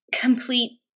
complete